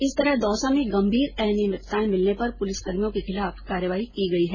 इस तरह दौसा में गंभीर अनियमिततायें मिलने पर पुलिसकर्मियों के खिलाफ कार्रवाई की गई हैं